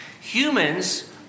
Humans